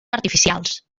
artificials